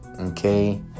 Okay